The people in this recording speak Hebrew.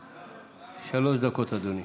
שלוש דקות, אדוני.